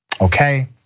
Okay